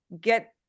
get